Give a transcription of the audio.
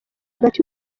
hagati